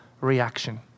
reaction